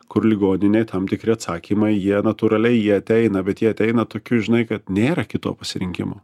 kur ligoninėj tam tikri atsakymai jie natūraliai jie ateina bet jie ateina tokiu žinai kaip nėra kito pasirinkimo